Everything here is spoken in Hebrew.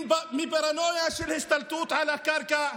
מפרנויה של השתלטות על הקרקע,